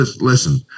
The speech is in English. Listen